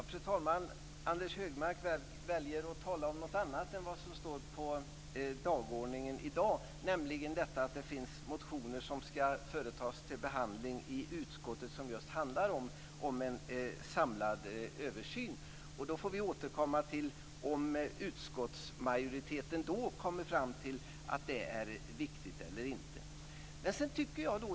Fru talman! Anders G Högmark väljer att tala om något annat än vad som står på dagordningen, nämligen att det finns motioner som skall företas till behandling i utskottet som just handlar om en samlad översyn. Det får vi återkomma till, om utskottsmajoriteten anser att det är viktigt eller inte.